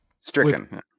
Stricken